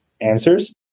answers